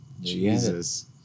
Jesus